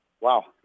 wow